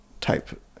type